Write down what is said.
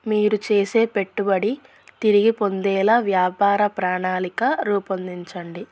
మీరు చేసే పెట్టుబడి తిరిగి పొందేలా వ్యాపార ప్రాణాళిక రూపొందించండి